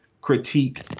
critique